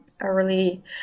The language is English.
early